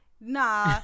Nah